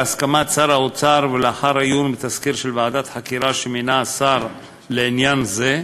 בהסכמת שר האוצר ולאחר עיון בתסקיר של ועדת חקירה שמינה השר לעניין זה,